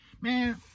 Man